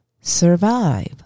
survive